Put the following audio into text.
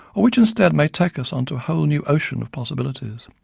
or which instead may take us on to a whole new ocean of possibilities.